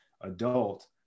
adult